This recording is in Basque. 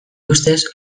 ustez